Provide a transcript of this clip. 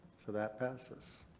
so that passes.